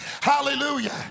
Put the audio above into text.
hallelujah